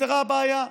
נפתרה הבעיה.